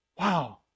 Wow